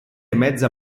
mezza